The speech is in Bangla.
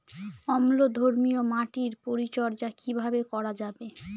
অম্লধর্মীয় মাটির পরিচর্যা কিভাবে করা যাবে?